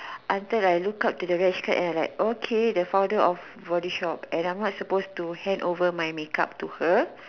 until I look up at the okay the founder of body shop and I'm not suppose to hand out my make up to her